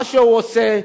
מה שהוא עושה,